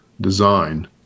design